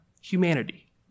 humanity